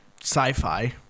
sci-fi